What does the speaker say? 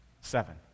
seven